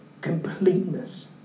completeness